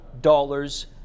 dollars